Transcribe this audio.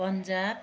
Punjab